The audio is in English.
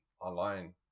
online